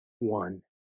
one